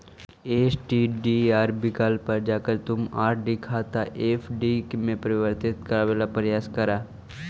STDR विकल्प पर जाकर तुम आर.डी खाता एफ.डी में परिवर्तित करवावे ला प्रायस करा